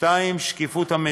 2. שקיפות המידע,